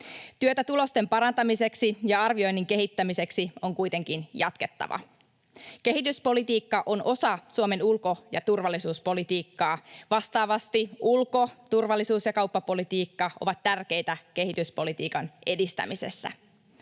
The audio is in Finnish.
Työtä tulosten parantamiseksi ja arvioinnin kehittämiseksi on kuitenkin jatkettava. Kehityspolitiikka on osa Suomen ulko- ja turvallisuuspolitiikkaa. Vastaavasti ulko-, turvallisuus- ja kauppapolitiikka ovat tärkeitä kehityspolitiikan edistämisessä.